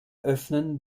öffnen